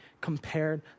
compared